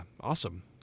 awesome